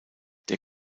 der